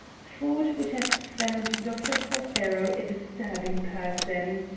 ford would have found dr. prothero, a disturbing person.